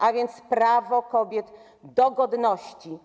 A wiec prawo kobiet do godności.